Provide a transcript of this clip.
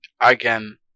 again